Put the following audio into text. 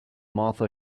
martha